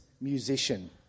musician